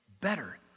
better